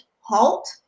halt